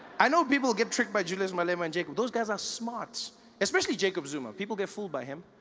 i know people get tricked by julius malema and jacob those guys are smart especially jacob zuma, people get fooled by him